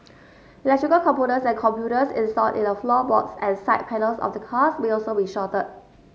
electrical components and computers installed in the floorboards and side panels of the cars may also be shorted